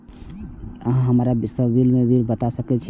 अहाँ हमरा सिबिल के बारे में बता सके छी?